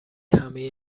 همه